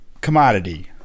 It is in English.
commodity